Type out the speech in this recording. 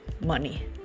money